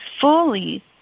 fully